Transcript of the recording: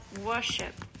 worship